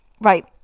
Right